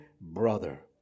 brother